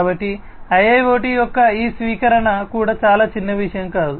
కాబట్టి IIoT యొక్క ఈ స్వీకరణ కూడా చాలా చిన్నవిషయం కాదు